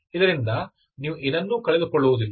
ಇದರಿಂದ ನೀವು ಏನನ್ನೂ ಕಳೆದುಕೊಳ್ಳುವುದಿಲ್ಲ